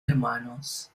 hermanos